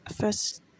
first